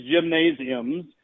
gymnasiums